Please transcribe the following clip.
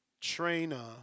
trainer